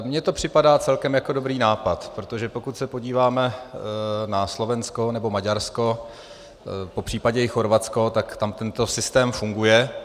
Mně to připadá celkem jako dobrý nápad, protože pokud se podíváme na Slovensko nebo Maďarsko, popřípadě i Chorvatsko, tak tam tento systém funguje.